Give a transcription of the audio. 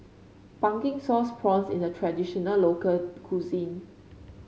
Pumpkin Sauce Prawns is a traditional local cuisine